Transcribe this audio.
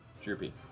Droopy